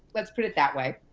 let's put it that way.